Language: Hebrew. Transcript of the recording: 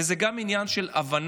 וזה גם עניין של הבנה.